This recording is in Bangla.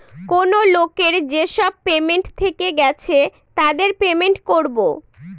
কেনো লোকের যেসব পেমেন্ট থেকে গেছে তাকে পেমেন্ট করবো